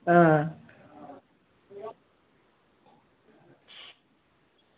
आं